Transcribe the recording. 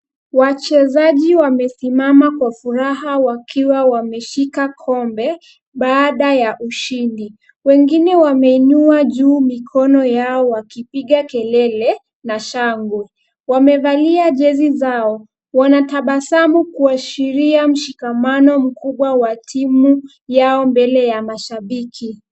Wachezaji wamesimama kwa furaha wakiwa wameshika kombe, baada ya ushindi. Wengine wameinua juu mikono yao wakipiga kelele, na shangwe. Wamevalia jezi zao, wanatabasamu kuashiria mshikamano mkubwa wa timu yao mbele ya mashabiki.